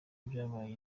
byabaye